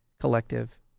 collective